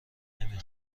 نمی